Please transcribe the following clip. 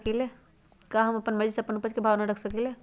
का हम अपना मर्जी से अपना उपज के भाव न रख सकींले?